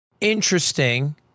interesting